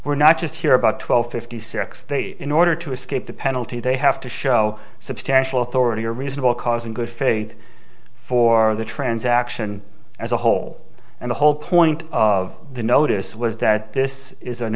we're not just here about twelve fifty six they in order to escape the penalty they have to show substantial authority or reasonable cause in good faith for the transaction as a whole and the whole point of the notice was that this is an